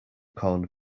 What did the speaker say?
corned